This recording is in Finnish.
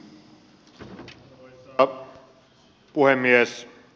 arvoisa puhemies